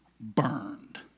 burned